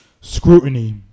scrutiny